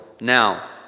now